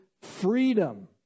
freedom